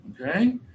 okay